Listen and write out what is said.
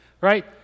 Right